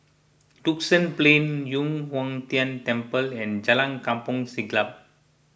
Duxton Plain Yu Huang Tian Temple and Jalan Kampong Siglap